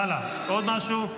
הלאה, עוד משהו?